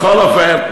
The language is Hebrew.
בכל אופן,